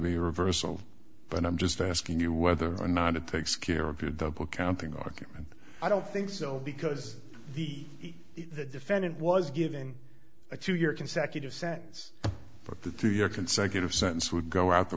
a reversal but i'm just asking you whether or not it takes care of your double counting argument i don't think so because the defendant was given a two year consecutive sentence but the two year consecutive sentence would go out the